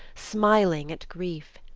smiling at grief.